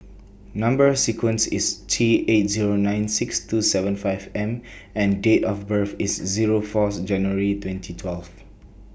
Number sequence IS T eight Zero nine six two seven five M and Date of birth IS Zero Fourth January twenty twelve